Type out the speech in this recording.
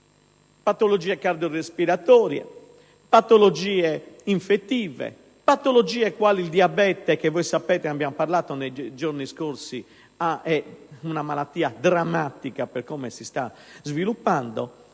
quelle cardiorespiratorie o infettive o a patologie quali il diabete che - ne abbiamo parlato nei giorni scorsi - è una malattia drammatica per come si sta sviluppando.